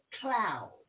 cloud